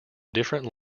different